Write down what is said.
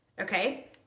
okay